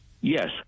yes